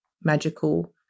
magical